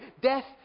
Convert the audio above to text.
Death